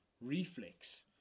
reflex